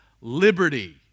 liberty